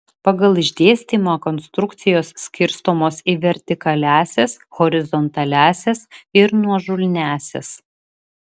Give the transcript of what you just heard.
pagal išdėstymą konstrukcijos skirstomos į vertikaliąsias horizontaliąsias ir nuožulniąsias